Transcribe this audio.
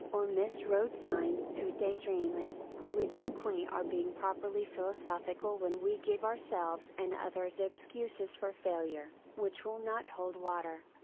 or miss road signs through daydreaming, do we think we are being properly philosophical when we give ourselves and others excuses for failure, which will not hold water?